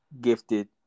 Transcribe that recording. gifted